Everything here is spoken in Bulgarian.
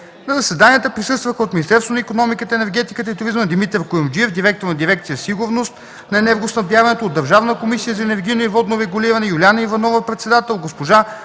На заседанието присъстваха от Министерството на икономиката, енергетиката и туризма Димитър Куюмждиев – директор на дирекция „Сигурност на енергоснабдяването”, от Държавната комисия за енергийно и водно регулиране Юлиана Иванова – председател, госпожа